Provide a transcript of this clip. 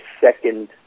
second